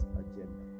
agenda